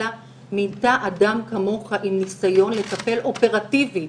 אלא מינתה אדם כמוך עם ניסיון לטפל אופרטיבית